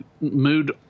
mood